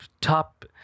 top